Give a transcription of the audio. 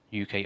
UK